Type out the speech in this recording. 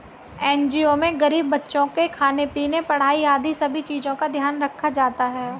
NGO में गरीब बच्चों के खाने पीने, पढ़ाई आदि सभी चीजों का ध्यान रखा जाता है